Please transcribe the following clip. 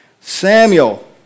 Samuel